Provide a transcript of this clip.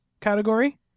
category